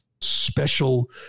special